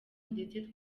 ndetse